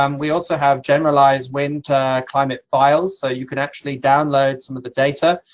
um we also have generalized wind climate files, so you could actually download some of the data,